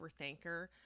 overthinker